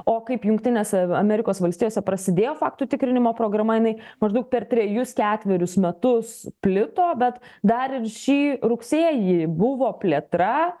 o kaip jungtinėse amerikos valstijose prasidėjo faktų tikrinimo programa jinai maždaug per trejus ketverius metus plito bet dar ir šį rugsėjį buvo plėtra